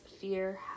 fear